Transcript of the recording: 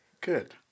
Good